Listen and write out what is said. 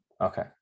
Okay